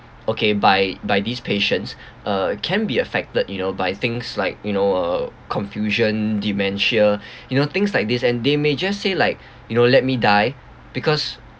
okay by by these patients uh can be affected you know by things like you know uh confusion dementia you know things like these and they may just say like you know let me die because